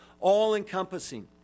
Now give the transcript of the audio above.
all-encompassing